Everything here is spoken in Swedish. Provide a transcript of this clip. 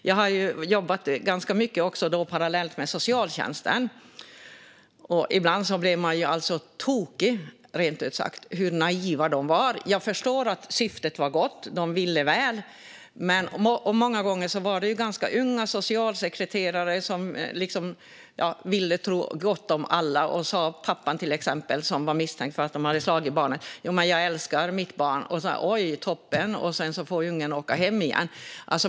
Jag har jobbat ganska mycket parallellt med socialtjänsten, och ibland blev jag rent ut sagt tokig på hur naiva de var där. Syftet var gott, och de ville väl. Men många gånger var socialsekreterarna unga och ville tro gott om alla. Om en pappa som var misstänkt för att ha slagit sitt barn sa att han älskade sitt barn lät de ungen åka hem igen.